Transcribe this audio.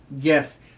Yes